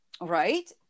Right